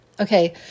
okay